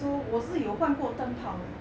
so 我是有换过灯泡的